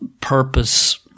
purpose